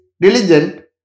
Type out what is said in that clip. Diligent